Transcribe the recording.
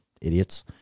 Idiots